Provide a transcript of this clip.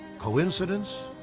coincidence?